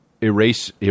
Erase